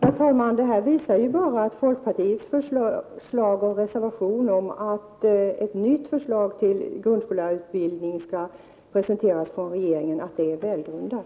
Herr talman! Detta visar ju bara att folkpartiets förslag, som återfinns i reservationen, om att regeringen bör presentera ett nytt förslag till grundskollärarutbildning är välgrundat.